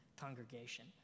congregation